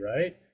right